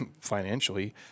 financially